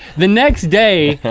the next day,